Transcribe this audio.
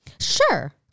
Sure